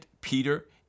Peter